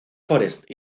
forest